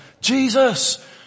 Jesus